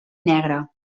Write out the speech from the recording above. negre